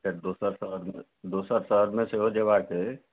फेर दोसर शहरमे दोसर शहरमे सेहो जयबाके अछि